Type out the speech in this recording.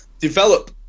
develop